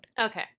Okay